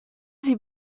sie